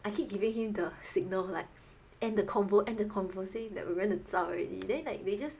I keep giving him the signal like end the convo end the convo say that we gonna zao already then like they just